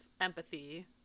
empathy